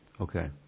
okay